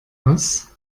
was